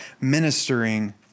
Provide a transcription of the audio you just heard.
ministering